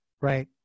right